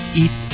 eat